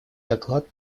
доклад